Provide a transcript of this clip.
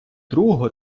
другого